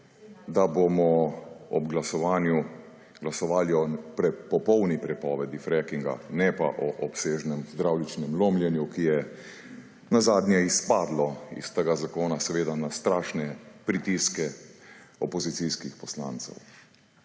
glasovanju glasovali o popolni prepovedi frackinga, ne pa o obsežnem dravličnem lomljenju, ki je na zadnje izpadlo iz tega zakona, seveda na strašne pritiske opozicijskih poslancev.